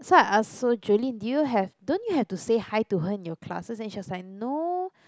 so I ask so Jolene did you have don't you have to say hi to her in your classes and she was like no